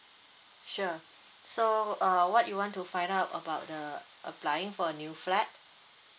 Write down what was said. sure so uh what you want to find out about the applying for a new flat